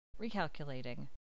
recalculating